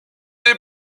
des